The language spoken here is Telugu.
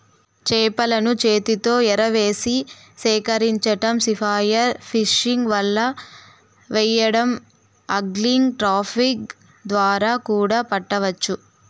చేపలను చేతితో ఎరవేసి సేకరించటం, స్పియర్ ఫిషింగ్, వల వెయ్యడం, ఆగ్లింగ్, ట్రాపింగ్ ద్వారా కూడా పట్టవచ్చు